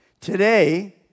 Today